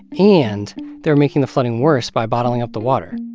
and they were making the flooding worse by bottling up the water.